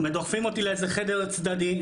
דוחפים אותי לאיזה חדר צדדי,